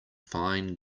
fine